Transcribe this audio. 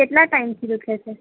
કેટલા ટાઈમથી દુઃખે છે